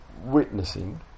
witnessing